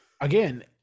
Again